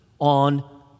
on